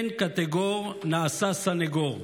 אין קטגור נעשה סנגור.